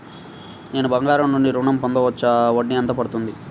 నేను బంగారం నుండి ఋణం పొందవచ్చా? వడ్డీ ఎంత పడుతుంది?